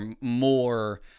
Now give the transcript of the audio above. more